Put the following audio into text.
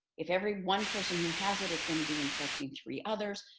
if every one person who has it is going to be infecting three others,